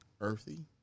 Earthy